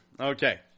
Okay